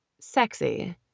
sexy